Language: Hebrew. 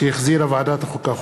שהחזירה ועדת החוקה,